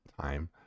time